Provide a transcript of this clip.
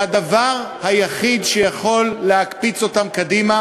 שהדבר היחיד שיכול להקפיץ אותם קדימה